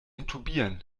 intubieren